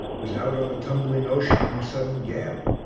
was out on the tumbling ocean in a sudden gale,